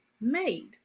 made